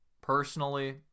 Personally